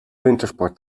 wintersport